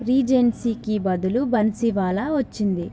రీజెన్సీకి బదులు బన్సీవాలా వచ్చింది